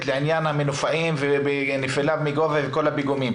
לעניין המנופאים ונפילה מגובה ומפיגומים.